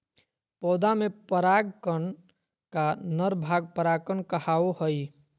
पौधा में पराग कण का नर भाग परागकण कहावो हइ